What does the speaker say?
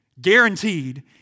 guaranteed